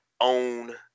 own